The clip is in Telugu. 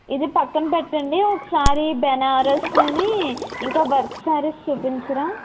ఇది పక్కన పెట్టండి ఒకసారి బెనారస్సుని ఇంకా వర్క్ శారీస్ చూపించరా